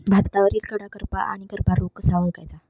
भातावरील कडा करपा आणि करपा रोग कसा ओळखायचा?